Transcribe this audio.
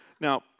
Now